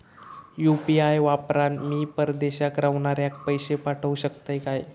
UPI वापरान मी परदेशाक रव्हनाऱ्याक पैशे पाठवु शकतय काय?